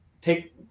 take